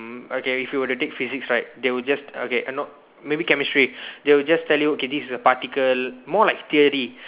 okay if you were to take physics right they will just okay uh no maybe chemistry they will just tell you okay this is a particle more like theory